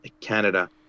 Canada